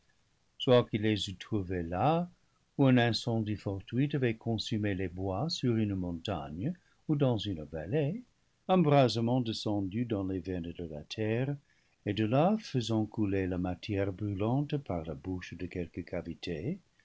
soit qu'il les eût trouvés là où un incendie fortuit avait consumé les bois sur une montagne ou dans une vallée embrasement descendu dans les veines de la terre et de là faisant couler la matière brûlante par la bouche de quelque cavité